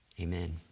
Amen